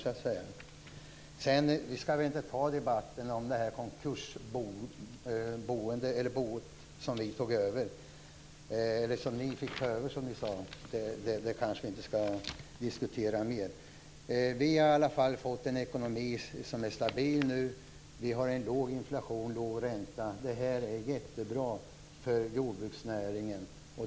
Låt oss inte ta debatten om det konkursbo ni fick ta över. Vi har skapat en stabil ekonomi. Inflationen och räntan är låg. Det är jättebra för jordbruksnäringen.